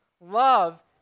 Love